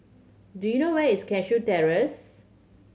do you know where is Cashew Terrace